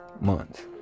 months